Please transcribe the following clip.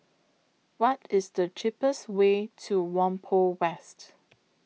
What IS The cheapest Way to Whampoa West